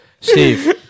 Steve